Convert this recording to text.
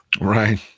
right